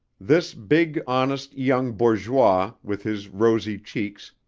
this big honest young bourgeois, with his rosy cheeks,